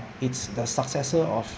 it's the successor of